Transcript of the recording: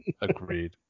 Agreed